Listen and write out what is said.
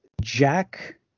Jack